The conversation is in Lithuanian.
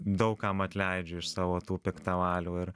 daug kam atleidžiu iš savo tų piktavalių ir